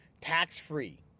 tax-free